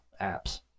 apps